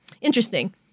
interesting